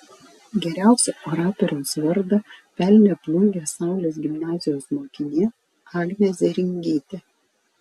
geriausio oratoriaus vardą pelnė plungės saulės gimnazijos mokinė agnė zėringytė